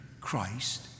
Christ